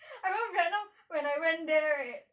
I went vietnam when I went there right